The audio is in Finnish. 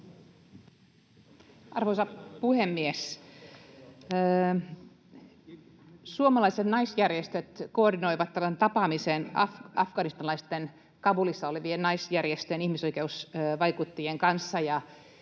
Arvoisa puhemies! Suomalaiset naisjärjestöt koordinoivat tapaamisen afganistanilaisten, Kabulissa olevien naisjärjestöjen ja ihmisoikeusvaikuttajien kanssa,